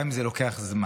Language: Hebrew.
גם אם זה לוקח זמן.